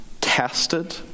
tested